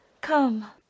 come